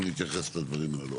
אנחנו נתייחס לדברים הללו.